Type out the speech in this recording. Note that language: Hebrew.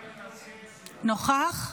נוכח?